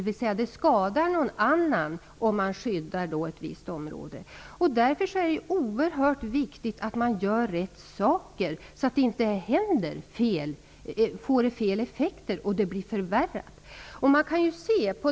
Om man skyddar ett visst område kan det alltså skada ett annat. Därför är det oerhört viktigt att man vidtar rätt åtgärder så att det inte får fel effekt så att läget förvärras.